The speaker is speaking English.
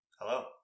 Hello